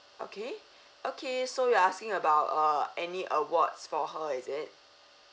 okay okay so you're asking about uh any awards for her is it